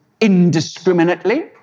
indiscriminately